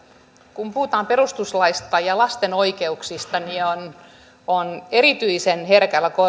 kun puhutaan perustuslaista ja lasten oikeuksista niin erityisen herkällä